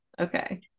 Okay